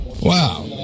Wow